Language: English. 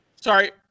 Sorry